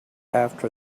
after